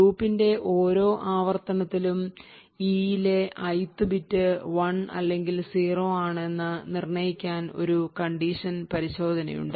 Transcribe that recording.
ലൂപ്പിന്റെ ഓരോ ആവർത്തനത്തിലും e ലെ ith ബിറ്റ് 1 അല്ലെങ്കിൽ 0 ആണോ എന്ന് നിർണ്ണയിക്കാൻ ഒരു കണ്ടീഷൻ പരിശോധനയുണ്ട്